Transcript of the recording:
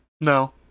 No